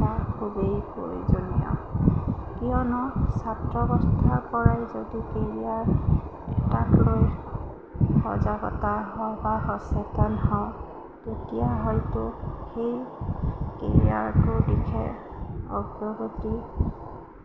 বা খুবেই প্ৰয়োজনীয় কিয়নো ছাত্ৰ অৱস্থাৰপৰাই যদি কেৰিয়াৰ এটাক লৈ সজাগতা হয় বা সচেতন হওঁ তেতিয়া হয়তো সেই কেৰিয়াৰটোৰ দিশে অগ্ৰগতি